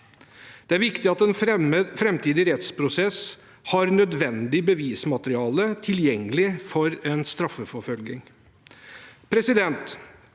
Det er viktig at en framtidig rettsprosess har nødvendig bevismateriale tilgjengelig for en straffeforfølgning.